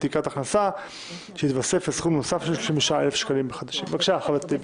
בבקשה, חבר הכנסת טיבי.